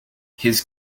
his